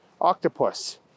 octopus